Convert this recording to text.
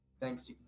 thanks